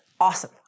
awesome